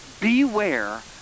Beware